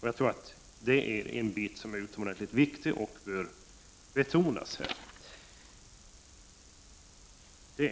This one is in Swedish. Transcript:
Jag tror att detta är utomordentligt viktigt och bör framhållas här.